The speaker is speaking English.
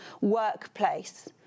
workplace